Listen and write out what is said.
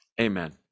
Amen